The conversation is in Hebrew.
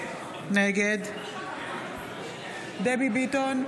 נגד דבי ביטון,